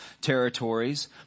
territories